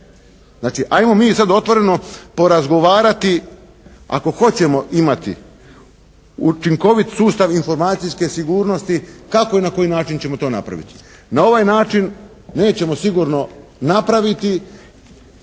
Znači ajmo mi sad otvoreno porazgovarati ako hoćemo imati učinkovit sustav informacijske sigurnosti kako i na koji način ćemo to napraviti. Na ovaj način nećemo sigurno napraviti